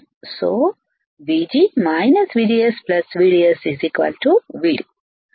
కాబట్టి VG VGS VDS VD